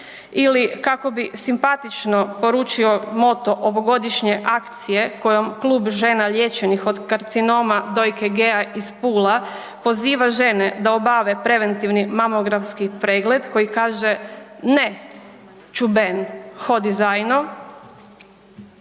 ili kako bi simpatično poručio moto ovogodišnje akcije kojom klub žena liječenih od karcinoma dojke Gea iz Pule poziva žene da obave preventivni mamografski pregled koji kaže ne …/Govornik